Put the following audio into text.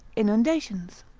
inundations.